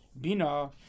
Bina